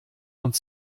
und